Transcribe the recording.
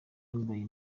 nambaye